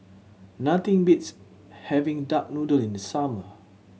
nothing beats having duck noodle in the summer